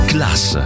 Class